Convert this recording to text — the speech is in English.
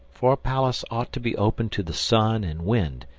for a palace ought to be open to the sun and wind,